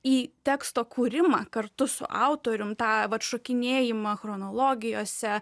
į teksto kūrimą kartu su autorium tą vat šokinėjimą chronologijose